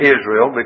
Israel